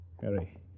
Harry